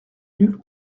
nulle